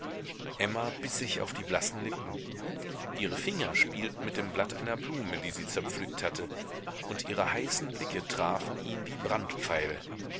emma biß sich auf die blassen lippen ihre finger spielten mit dem blatt einer blume die sie zerpflückt hatte und ihre heißen blicke trafen ihn wie brandpfeile